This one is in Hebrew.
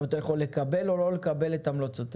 אתה יכול לקבל או לא לקבל את המלצותיהם,